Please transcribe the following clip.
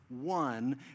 one